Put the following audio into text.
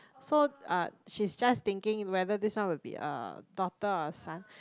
so uh she's just thinking whether this one will be a daughter or son